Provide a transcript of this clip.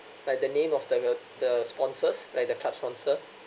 but the name of like uh the sponsors like the card sponsor